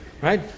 Right